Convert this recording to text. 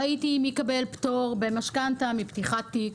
ראיתי מי יקבל פטור במשכנתא בפתיחת תיק,